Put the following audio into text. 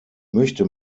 möchte